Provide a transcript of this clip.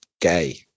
gay